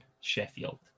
Sheffield